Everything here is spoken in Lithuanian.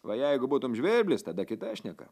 va jeigu būtum žvirblis tada kita šneka